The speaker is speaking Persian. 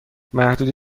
محدود